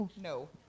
No